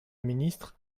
ministre